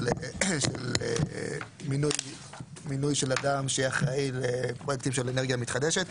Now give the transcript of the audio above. של מינוי של אדם שיהיה אחראי על פרויקטים של אנרגיה מתחדשת.